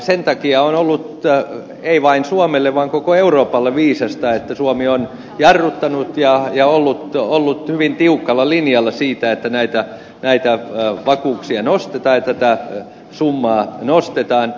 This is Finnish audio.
sen takia on ollut ei vain suomelle vaan koko euroopalle viisasta että suomi on jarruttanut ja ollut hyvin tiukalla linjalla siinä että näitä vakuuksia nostetaan ja tätä summaa nostetaan